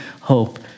hope